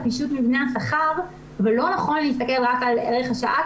פישוט מבנה השכר ולא נכון להסתכל רק על ערך השעה,